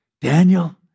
Daniel